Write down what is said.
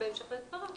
בהמשך לדבריו.